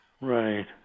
Right